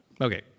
Okay